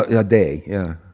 a yeah day, yeah.